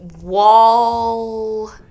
wall